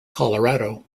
colorado